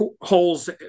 holes